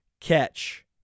catch